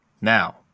Now